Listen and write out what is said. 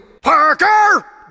Parker